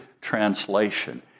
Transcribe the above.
translation